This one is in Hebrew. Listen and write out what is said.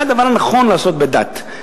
זה הדבר הנכון לעשות בדת.